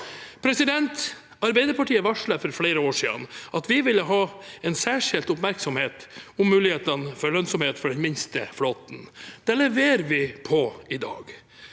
båten. Arbeiderpartiet varslet for flere år siden at vi ville ha en særskilt oppmerksomhet om mulighetene for lønnsomhet for den minste flåten. Det leverer vi på i dag.